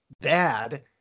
bad